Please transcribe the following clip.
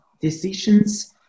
decisions